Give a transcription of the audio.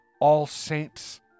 all-saints